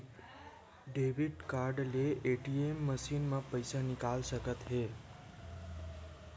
debit card ले ATM machine म पइसा निकाल सकत हे